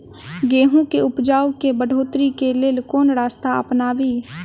गेंहूँ केँ उपजाउ केँ बढ़ोतरी केँ लेल केँ रास्ता अपनाबी?